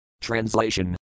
Translation